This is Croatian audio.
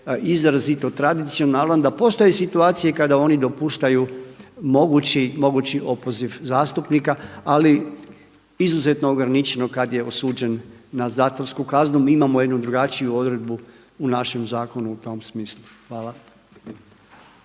izrazito tradicionalan da postoje situacije kada oni dopuštaju mogući opoziv zastupnika ali izuzetno ograničeno kada je osuđen na zatvorsku kaznu, mi imamo jednu drugačiju odredbu u našem zakonu u tom smislu. Hvala.